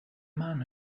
man